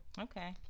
Okay